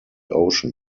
ocean